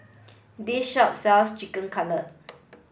this shop sells Chicken Cutlet